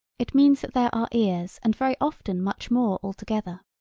it means that there are ears and very often much more altogether.